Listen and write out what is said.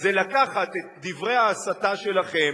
זה לקחת את דברי ההסתה שלכם,